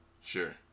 Sure